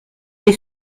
est